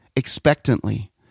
expectantly